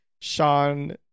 Sean